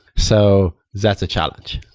so that's a challenge.